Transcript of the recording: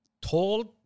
told